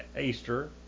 Easter